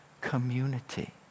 community